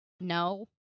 no